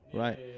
right